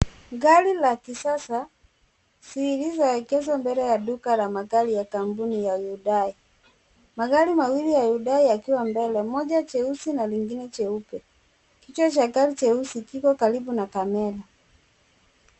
Gari la kisasa zililoekezwa mbele ya duka ya magari ya kampuni ya Hyundai, magari mawili ya Hyundai yakiwa mbele moja jeusi na lingine jeupe kichwa cha gari cheusi kiko karibu na kamera.